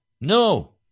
No